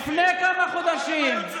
אבל הם היו צריכים אותך,